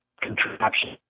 contraption